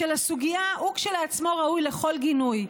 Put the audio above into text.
של הסוגיה הוא כשלעצמו ראוי לכל גינוי.